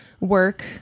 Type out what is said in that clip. work